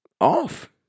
off